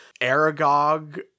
Aragog